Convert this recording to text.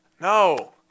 No